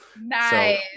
Nice